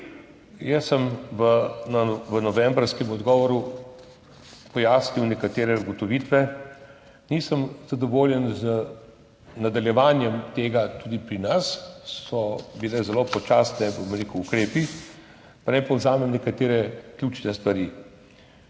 Jaz sem v novembrskem odgovoru pojasnil nekatere ugotovitve. Nisem zadovoljen z nadaljevanjem tega, tudi pri nas so bili zelo počasni ukrepi, pa naj povzamem nekatere ključne stvari.